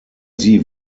sie